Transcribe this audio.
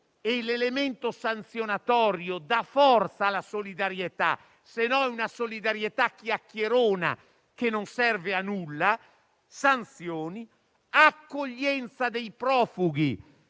l'elemento sanzionatorio dà forza alla solidarietà, che altrimenti è una solidarietà chiacchierona che non serve a nulla. Si parla poi di accoglienza dei profughi